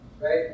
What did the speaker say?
right